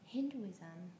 Hinduism